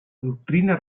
doctrina